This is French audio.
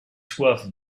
soif